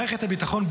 מערכת הביטחון,